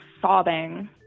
sobbing